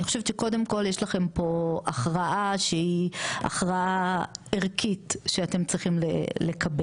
אני חושבת שקודם כל יש לכם פה הכרעה שהיא הכרעה ערכית שאתם צריכים לקבל,